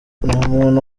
umuntu